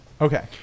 Okay